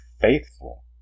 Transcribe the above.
faithful